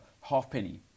Halfpenny